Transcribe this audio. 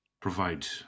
provide